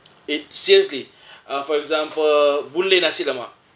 it seriously uh for example boon lay nasi lemak